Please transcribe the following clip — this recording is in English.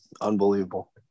Unbelievable